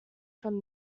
from